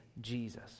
Jesus